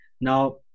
Now